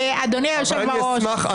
אדוני היושב בראש,